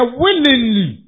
willingly